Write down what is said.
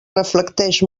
reflecteix